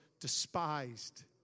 despised